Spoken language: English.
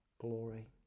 glory